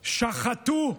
שחטו.